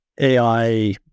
ai